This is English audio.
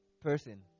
person